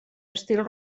estil